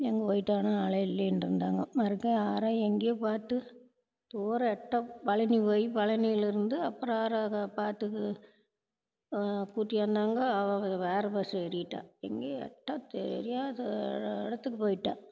எங்கே போய்ட்டானோ ஆளே இல்லைன்ருந்தாங்க மறுக்கா யாரோ எங்கேயோ பார்த்து போராட்டம் பழனி போய் பழனியிலிருந்து அப்புறம் யாராரோ பார்த்து கூட்டியாந்தாங்க அவன் வேற பஸ் ஏறிட்டான் எங்கேயோ எட்ட தெரியாத இடத்துக்கு போய்ட்டான்